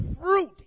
fruit